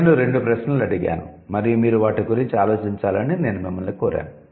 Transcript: నేను రెండు ప్రశ్నలు అడిగాను మరియు మీరు వాటి గురించి ఆలోచించాలని నేను మిమ్మల్ని కోరాను